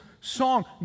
song